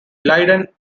leiden